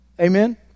Amen